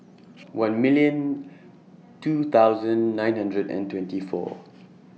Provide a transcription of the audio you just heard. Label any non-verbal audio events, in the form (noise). one million two thousand nine hundred and twenty four (noise)